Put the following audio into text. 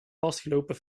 vastgelopen